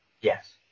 Yes